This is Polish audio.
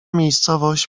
miejscowość